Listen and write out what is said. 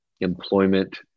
employment